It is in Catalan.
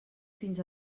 fins